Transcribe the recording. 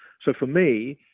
so for me,